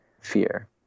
fear